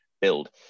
build